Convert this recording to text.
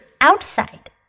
Outside